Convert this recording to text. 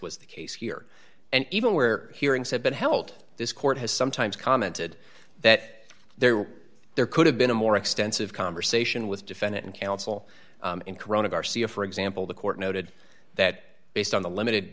was the case here and even where hearings have been held this court has sometimes commented that there were there could have been a more extensive conversation with defendant and counsel in corona garcia for example the court noted that based on the limited